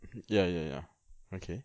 ya ya ya okay